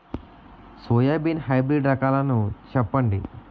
Soybean hybrid రకాలను చెప్పండి?